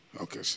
Okay